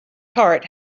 heart